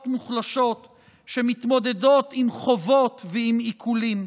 מוחלשות שמתמודדות עם חובות ועם עיקולים.